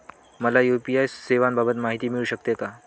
मला यू.पी.आय सेवांबाबत माहिती मिळू शकते का?